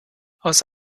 aus